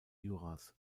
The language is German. juras